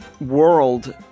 world